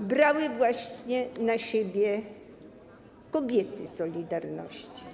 brały na siebie właśnie kobiety „Solidarności”